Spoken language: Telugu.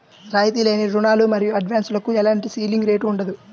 రాయితీ లేని రుణాలు మరియు అడ్వాన్సులకు ఎలాంటి సీలింగ్ రేటు ఉండదు